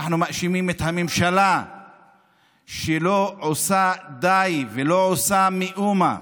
אנחנו מאשימים את הממשלה שלא עושה די ולא עושה מאומה.